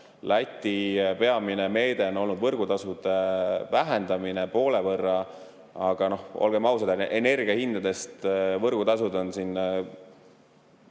Läti peamine meede on olnud võrgutasude vähendamine poole võrra. Aga olgem ausad, energiahindadest on võrgutasud eelmise